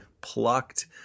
plucked